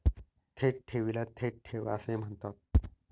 थेट ठेवीला थेट ठेव असे म्हणतात